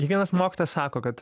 kiekvienas mokytojas sako kad